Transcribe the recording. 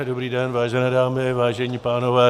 Dobrý den, vážené dámy, vážení pánové.